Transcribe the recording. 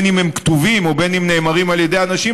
בין אם הם כתובים או בין אם נאמרים על ידי אנשים,